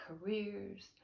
careers